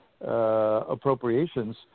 appropriations